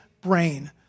brain